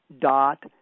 dot